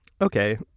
okay